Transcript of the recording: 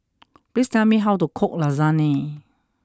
please tell me how to cook Lasagne